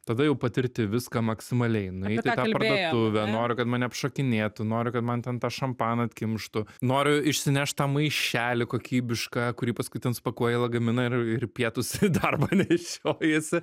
tada jau patirti viską maksimaliai nueiti į parduotuvę noriu kad mane apšokinėtų noriu kad man ten tą šampaną atkimštų noriu išsinešt tą maišelį kokybišką kurį paskui ten supakuoji į lagaminą ir pietus į darbą nešiojiesi